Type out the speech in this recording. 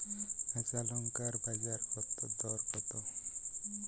কাঁচা লঙ্কার বাজার দর কত?